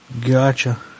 Gotcha